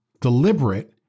deliberate